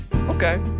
Okay